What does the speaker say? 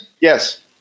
Yes